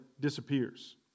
disappears